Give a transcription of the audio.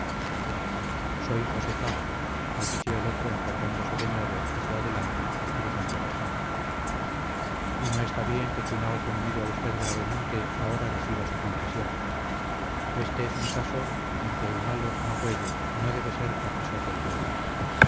soy josé fago repitió el otro encorvándose de nuevo hacia adelante y cruzando las manos y no está bien que quien ha ofendido a usted gravemente ahora reciba su confesión éste es un caso en que el malo no puede no debe ser confesor del bueno